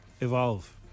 evolve